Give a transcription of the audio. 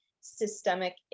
systemic